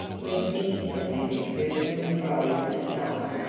when instantly the curtain was rolled aside,